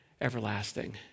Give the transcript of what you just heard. everlasting